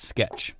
Sketch